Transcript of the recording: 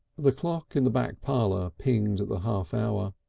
the clock in the back parlour pinged the half hour.